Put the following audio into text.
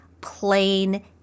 plain